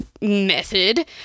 method